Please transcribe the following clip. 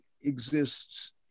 exists